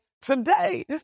today